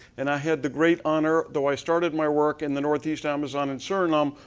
and i had the great honor, though i started my work in the northeast amazon, in suriname,